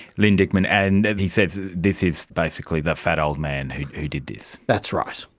glyn dickman, and he says this is basically the fat old man who who did this. that's right.